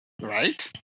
right